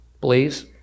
please